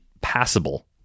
passable